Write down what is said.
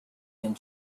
and